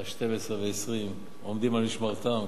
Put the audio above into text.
עד 00:20 עומדים על משמרתם.